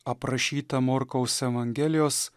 aprašytą morkaus evangelijos